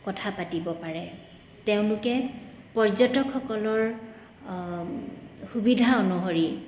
কথা পাতিব পাৰে তেওঁলোকে পৰ্যটকসকলৰ সুবিধা অনুসৰি